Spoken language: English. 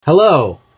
Hello